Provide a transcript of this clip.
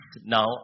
now